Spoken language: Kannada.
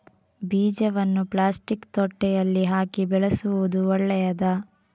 ಬೀಜವನ್ನು ಪ್ಲಾಸ್ಟಿಕ್ ತೊಟ್ಟೆಯಲ್ಲಿ ಹಾಕಿ ಬೆಳೆಸುವುದು ಒಳ್ಳೆಯದಾ?